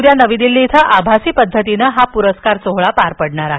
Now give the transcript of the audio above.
उद्या नवी दिल्ली इथं आभासी पद्धतीने हा प्रस्कार सोहळा पार पडणार आहे